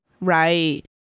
right